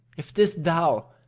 if tis thou,